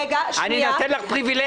אני נותן לך פריווילגיה.